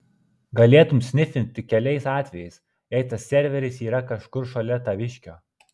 galėtum snifint tik keliais atvejais jei tas serveris yra kažkur šalia taviškio